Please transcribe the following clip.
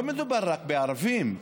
לא מדובר רק בערבים,